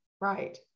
Right